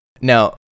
Now